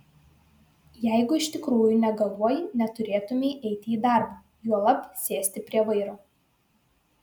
jeigu iš tikrųjų negaluoji neturėtumei eiti į darbą juolab sėsti prie vairo